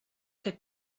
que